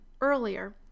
earlier